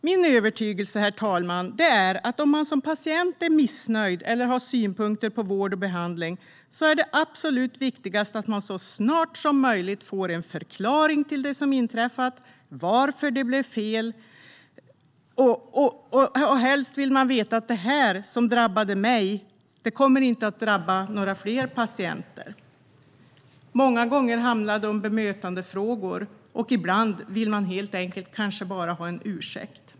Min övertygelse, herr talman, är att om man som patient är missnöjd eller har synpunkter på vård och behandling är det absolut viktigaste att man så snart som möjligt får en förklaring till det som inträffat och får veta varför det blev fel. Helst vill man veta att det som drabbade en inte kommer att drabba fler patienter. Många gånger är det en fråga om bemötande. Ibland vill man helt enkelt bara ha en ursäkt.